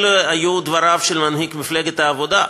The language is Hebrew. אלה היו דבריו של מנהיג מפלגת העבודה.